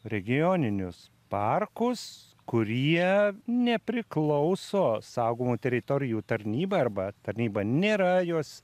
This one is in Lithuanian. regioninius parkus kurie nepriklauso saugomų teritorijų tarnybai arba tarnyba nėra jos